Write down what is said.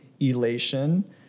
elation